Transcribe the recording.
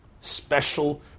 Special